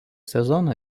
sezoną